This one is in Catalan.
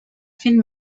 fent